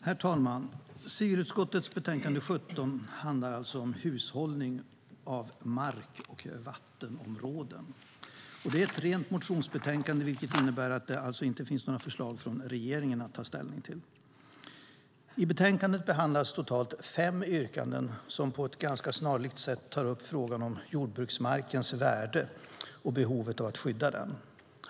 Herr talman! Civilutskottets betänkande 17 handlar om hushållning av mark och vattenområden. Det är ett rent motionsbetänkande, vilket innebär att det inte finns några förslag från regeringen att ta ställning till. I betänkandet behandlas totalt fem yrkanden som på ett ganska snarlikt sätt tar upp frågan om jordbruksmarkens värde och behovet av att skydda den.